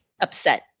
upset